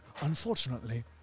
unfortunately